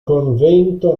convento